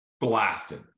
blasted